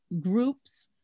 groups